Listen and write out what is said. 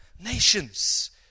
nations